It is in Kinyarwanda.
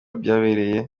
byabereye